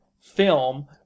film